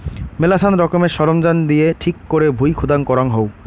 মেলাছান রকমের সরঞ্জাম দিয়ে ঠিক করে ভুঁই খুদাই করাঙ হউ